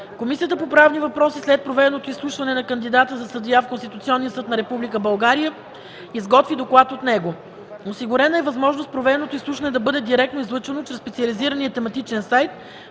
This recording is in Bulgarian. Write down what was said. Комисията по правни въпроси след проведеното изслушване на кандидата за съдия в Конституционния съд на Република България изготви доклад от него. Осигурена е възможност проведеното изслушване да бъде директно излъчвано чрез специализирания тематичен сайт